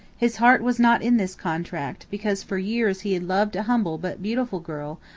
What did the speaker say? his heart was not in this contract because for years he had loved a humble but beautiful girl,